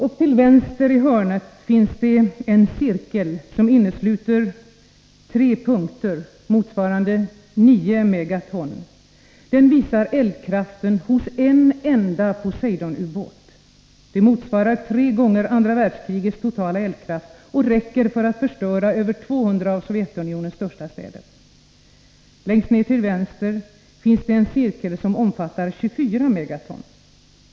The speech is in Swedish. Uppe till vänster i hörnet finns det en cirkel som innesluter tre punkter motsvarande 9 megaton. Den visar eldkraften hos en enda Poseidonubåt. Det motsvarar tre gånger andra världskrigets totala eldkraft och räcker för att förstöra över 200 av Sovjetunionens största städer. Längst ned till vänster finns det en cirkel som omfattar 24 megaton.